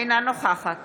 אינה נוכחת